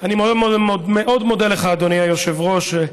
אני מאוד מודה לך, אדוני היושב-ראש.